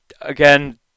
again